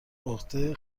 عهده